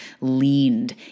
leaned